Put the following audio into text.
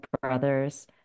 brothers